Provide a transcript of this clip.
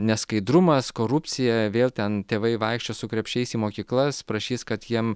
neskaidrumas korupcija vėl ten tėvai vaikščios su krepšiais į mokyklas prašys kad jiem